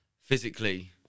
physically